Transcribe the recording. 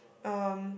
um